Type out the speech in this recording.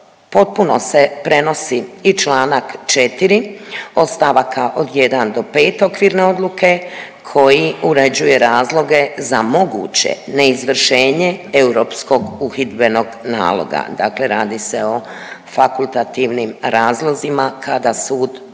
potpuno se prenosi i članak 4. od stavaka od 1 do 5 okvirne odluke koji uređuje razloge za moguće neizvršenje europskog uhidbenog naloga. Dakle, radi se o fakultativnim razlozima kada sud